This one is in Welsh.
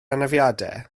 anafiadau